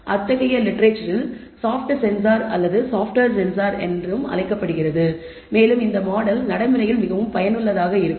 எனவே அத்தகைய லிட்டரேச்சரில் சாஃப்ட் சென்சார் அல்லது சாப்ட்வேர் சென்சார் என்றும் அழைக்கப்படுகிறது மேலும் இந்த மாடல் நடைமுறையில் மிகவும் பயனுள்ளதாக இருக்கும்